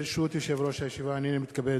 ברשות יושב-ראש הישיבה, הנני מתכבד